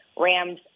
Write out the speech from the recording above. Rams